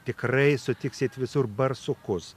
tikrai sutiksit visur barsukus